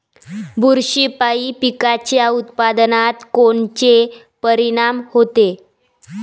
बुरशीपायी पिकाच्या उत्पादनात कोनचे परीनाम होते?